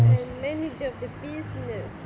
and manage all the business